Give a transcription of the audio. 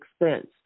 expense